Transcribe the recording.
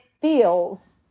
feels